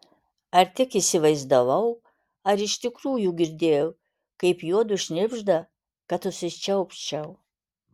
ar tik įsivaizdavau ar iš tikrųjų girdėjau kaip juodu šnibžda kad užsičiaupčiau